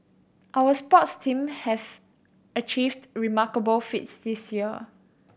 our sports team have achieved remarkable feats this year